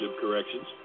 corrections